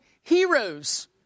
heroes